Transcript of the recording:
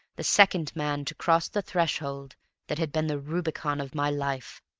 the second man to cross the threshold that had been the rubicon of my life.